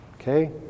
okay